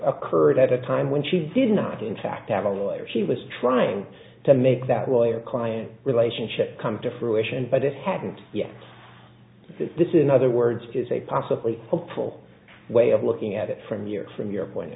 occurred at a time when she did not in fact have a layer she was trying to make that lawyer client relationship come to fruition but it hadn't yet this in other words is a possibly helpful way of looking at it from your from your point of